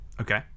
Okay